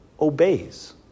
obeys